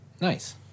Nice